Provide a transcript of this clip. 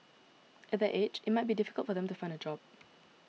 at that age it might be difficult for them to find a job